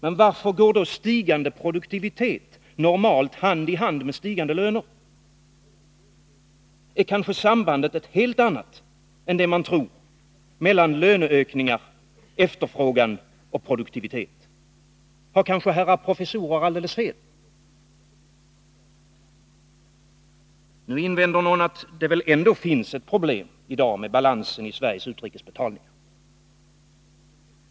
Men varför går då stigande produktivitet normalt hand i hand med stigande löner? Är kanske sambandet ett helt annat än det man tror mellan löneökningar, efterfrågan och produktivitet? Har kanske herrar professorer alldeles fel? Nu invänder någon att det väl ändå finns ett problem med balansen i Sveriges utrikesbetalningar.